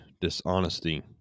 dishonesty